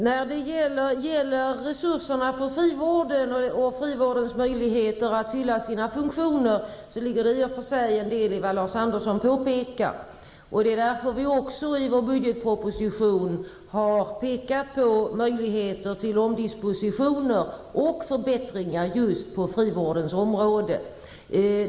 Herr talman! När det gäller frivårdens resurser och möjligheter att fylla sina funktioner ligger det i och för sig en del i vad Lars Andersson sade. Därför har vi i budgetpropositionen pekat på möjligheterna till omdispositioner och förbättringar just inom frivården.